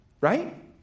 right